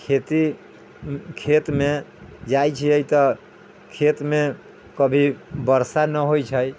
खेती खेतमे जाइ छियै तऽ खेतमे कभी वर्षा नहि होइ छै